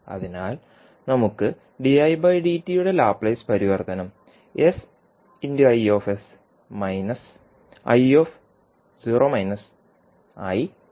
അതിനാൽ നമുക്ക് di dt യുടെ ലാപ്ലേസ് പരിവർത്തനം ആയി ലഭിക്കും